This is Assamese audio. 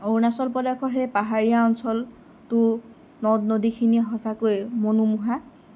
অৰুণাচল প্ৰদেশৰ সেই পাহাৰীয়া অঞ্চলটো নদ নদীখিনি সঁচাকৈ মনোমোহা